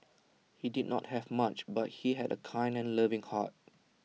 he did not have much but he had A kind and loving heart